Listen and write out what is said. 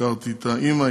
הכרתי את האימא,